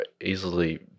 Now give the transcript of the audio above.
easily